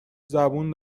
زبون